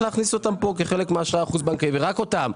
להכניס אותן כאן כחלק מאשראי חוץ בנקאי ורק אותן.